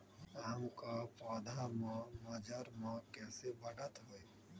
आम क पौधा म मजर म कैसे बढ़त होई?